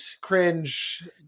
cringe